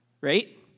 right